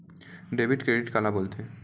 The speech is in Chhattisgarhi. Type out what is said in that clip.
डेबिट क्रेडिट काला बोल थे?